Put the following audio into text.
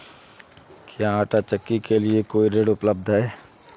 क्या आंटा चक्की के लिए कोई ऋण उपलब्ध है?